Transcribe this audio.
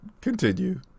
continue